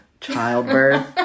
childbirth